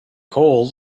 hold